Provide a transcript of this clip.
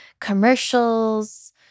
commercials